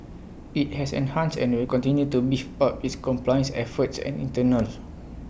IT has enhanced and will continue to beef up its compliance efforts and internals